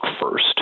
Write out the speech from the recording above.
first